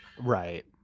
Right